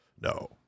No